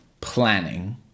planning